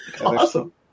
Awesome